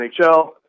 NHL